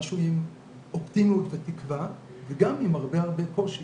משהו עם אופטימיות ותקווה וגם עם הרבה הרבה קושי.